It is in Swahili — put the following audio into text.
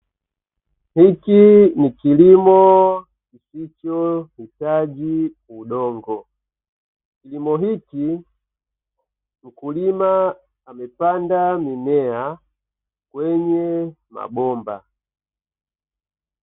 Hiki ni kilimo kisichohitaji udongo. Kilimo hiki mkulima amepanda mimea kwenye mabomba.